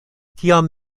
kiam